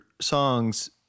songs